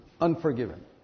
unforgiven